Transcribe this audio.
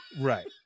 Right